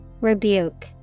Rebuke